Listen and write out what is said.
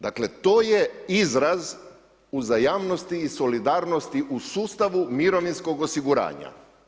Dakle to je izraz uzajamnosti i solidarnosti u sustavu mirovinskog osiguranja.